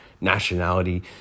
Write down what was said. nationality